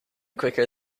quicker